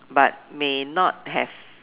but may not have